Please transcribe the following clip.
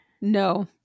No